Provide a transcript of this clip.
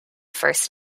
first